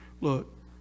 Look